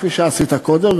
כפי שעשית קודם,